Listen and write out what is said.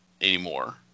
anymore